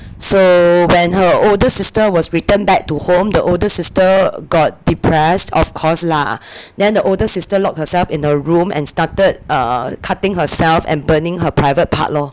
so when her older sister was returned back to home the older sister got depressed of course lah then the older sister locked herself in her room and started err cutting herself and burning her private part lor